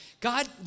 God